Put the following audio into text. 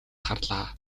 харлаа